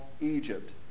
Egypt